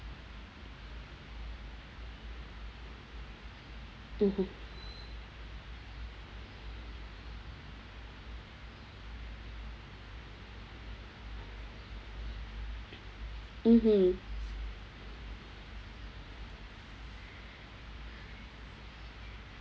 mmhmm mmhmm